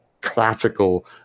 classical